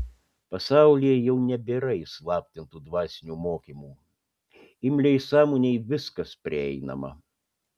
pasaulyje jau nebėra įslaptintų dvasinių mokymų imliai sąmonei viskas prieinama